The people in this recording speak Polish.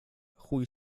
chuj